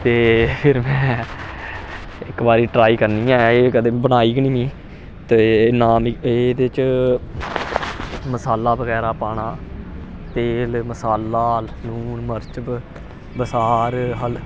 ते फिर में इक बारी ट्राई करनी ऐ एह् कदें बनाई गै निं मी ते ना मिगी एह्दे च मसाला बगैरा पाना तेल मसाला लून मर्च बसार हल